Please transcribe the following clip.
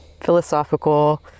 philosophical